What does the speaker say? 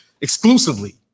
exclusively